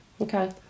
Okay